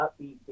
upbeat